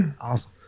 Awesome